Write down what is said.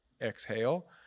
exhale